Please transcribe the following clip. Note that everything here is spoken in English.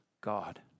God